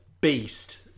beast